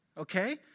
Okay